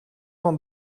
van